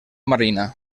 marina